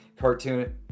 cartoon